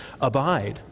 Abide